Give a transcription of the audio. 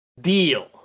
deal